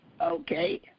Okay